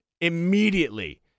immediately